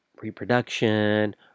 reproduction